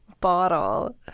Bottle